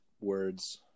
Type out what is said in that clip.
words